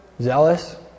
Zealous